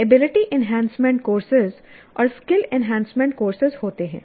ability enhancement courses और skill enhancement courses होते हैं